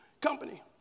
company